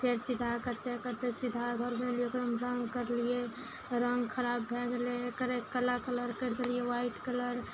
फेर सीधा करते करते सीधा घर भेल ओकरामे रङ्ग करलियै रङ्ग खराब भए गेलय करय एकरे काला कलर करि देलियै व्हाइट कलर